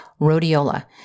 rhodiola